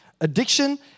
addiction